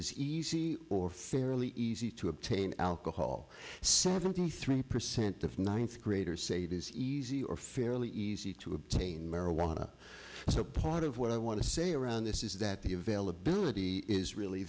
is easy or fairly easy to obtain alcohol seventy three percent of ninth graders say it is easy or fairly easy to obtain marijuana so part of what i want to say around this is that the availability is really